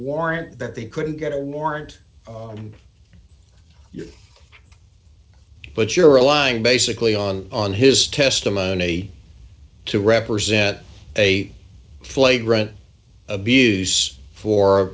warrant that they couldn't get a warrant but you're a lying basically on on his testimony to represent a flagrant abuse for